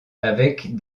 avec